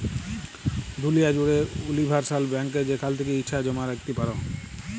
দুলিয়া জ্যুড়ে উলিভারসাল ব্যাংকে যেখাল থ্যাকে ইছা জমা রাইখতে পারো